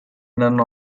none